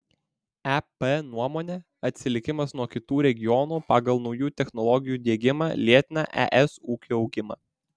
ep nuomone atsilikimas nuo kitų regionų pagal naujų technologijų diegimą lėtina es ūkio augimą